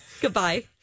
goodbye